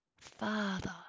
Father